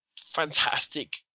fantastic